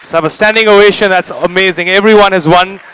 have a standing ovation. that's amazing. everyone has won.